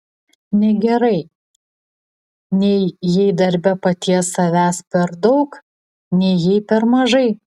negerai nei jei darbe paties savęs per daug nei jei per mažai